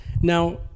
Now